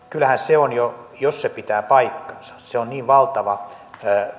kyllähän se on jo jos se pitää paikkansa valtava